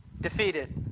Defeated